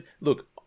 look